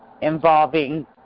involving